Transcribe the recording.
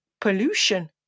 pollution